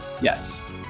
Yes